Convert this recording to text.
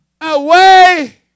away